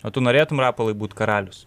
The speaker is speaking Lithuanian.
o tu norėtum rapolai būt karalius